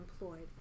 employed